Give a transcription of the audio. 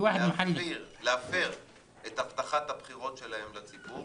החליטו להפר את הבטחת הבחירות שלהם לציבור